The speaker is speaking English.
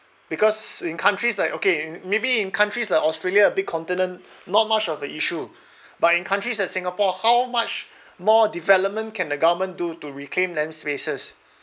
because in countries like okay maybe in countries like australia big continent not much of a issue but in countries like singapore how much more development can the government do to reclaim land spaces